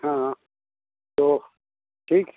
हाँ हाँ तो ठीक